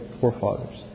forefathers